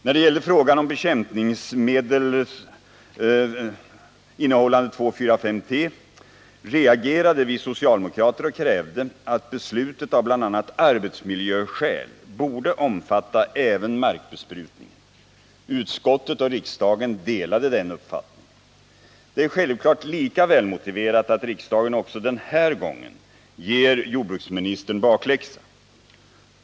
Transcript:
När det gällde frågan om bekämpningsmedel innehållande 2,4,5-T reagerade vi socialdemokrater och krävde att beslutet, bl.a. av arbetsmiljöskäl, borde omfatta även markbesprutning. Utskottet och riksdagen delade den uppfattningen. Det är självklart lika välmotiverat att riksdagen också den här gången ger jordbruksministern bakläxa.